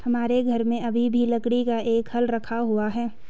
हमारे घर में अभी भी लकड़ी का एक हल रखा हुआ है